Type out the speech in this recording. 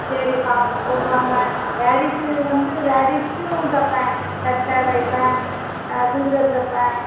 சரி கொண்டு வாங்களேன் லேடிஸு வந்து லேடிஸுக்கும் தைப்பேன் சட்டை தைப்பேன் சுடிதார் தைப்பேன்